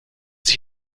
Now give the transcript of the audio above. sich